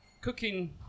cooking